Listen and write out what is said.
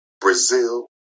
Brazil